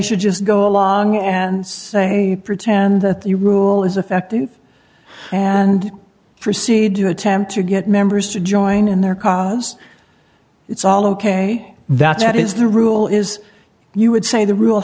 should just go along and say pretend that the rule is effective and proceed to attempt to get members to join in their cause it's all ok that's what is the rule is you would say the rule